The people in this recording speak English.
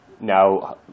now